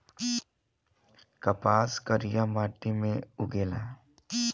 कपास करिया माटी मे उगेला